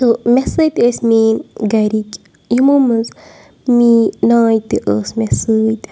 تہٕ مےٚ سۭتۍ ٲسۍ میٲنۍ گَرِکۍ یِمو منٛز میٲنۍ نانۍ تہِ ٲس مےٚ سۭتۍ